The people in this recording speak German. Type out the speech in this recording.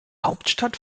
hauptstadt